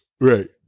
right